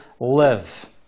live